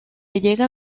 llega